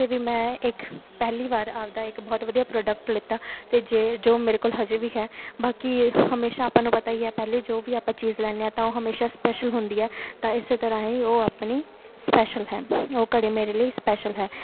ਕਿ ਵੀ ਮੈਂ ਇੱਕ ਪਹਿਲੀ ਵਾਰ ਆਪਦਾ ਇੱਕ ਬਹੁਤ ਵਧੀਆ ਪ੍ਰੋਡਕਟ ਲਿੱਤਾ ਅਤੇ ਜੇ ਜੋ ਮੇਰੇ ਕੋਲ ਅਜੇ ਵੀ ਹੈ ਬਾਕੀ ਹਮੇਸ਼ਾ ਆਪਾਂ ਨੂੰ ਪਤਾ ਹੀ ਹੈ ਪਹਿਲੇ ਜੋ ਵੀ ਆਪਾਂ ਚੀਜ਼ ਲੈਂਦੇ ਹਾਂ ਤਾਂ ਉਹ ਹਮੇਸ਼ਾ ਸਪੈਸ਼ਲ ਹੁੰਦੀ ਹੈ ਤਾਂ ਇਸ ਤਰ੍ਹਾਂ ਹੀ ਉਹ ਆਪਣੀ ਸਪੈਸ਼ਲ ਹੈ ਉਹ ਘੜੀ ਮੇਰੇ ਲਈ ਸਪੈਸ਼ਲ ਹੈ